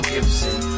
Gibson